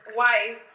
wife